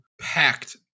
packed